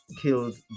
killed